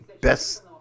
best